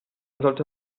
sollte